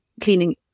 cleaning